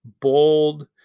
bold